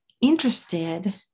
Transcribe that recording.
interested